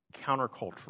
countercultural